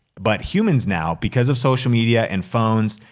but humans now, because of social media and phones,